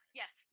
yes